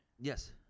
Yes